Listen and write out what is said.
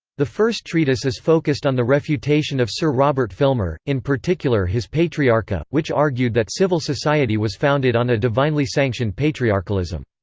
the first treatise is focused on the refutation of sir robert filmer, in particular his patriarcha, which argued that civil society was founded on a divinely sanctioned patriarchalism.